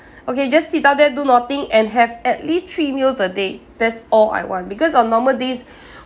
okay just sit down there do nothing and have at least three meals a day that's all I want because on normal days